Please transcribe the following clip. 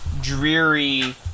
dreary